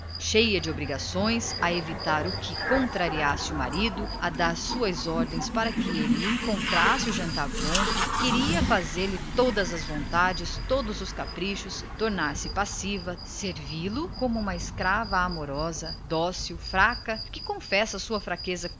cheia de obrigações a evitar o que contrariasse o esposo a dar as suas ordens para que ele encontrasse o jantar pronto e queria fazer-lhe todas as vontades todos os caprichos tornar-se passiva servi-lo como uma escrava amorosa dócil fraca que confessa sua fraqueza